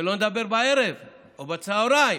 שלא נדבר על הערב או הצוהריים.